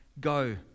Go